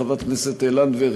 חברת הכנסת לנדבר,